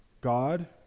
God